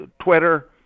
Twitter